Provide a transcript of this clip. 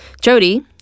Jody